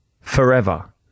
forever